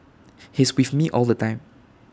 he's with me all the time